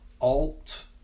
alt